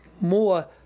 more